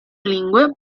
lingue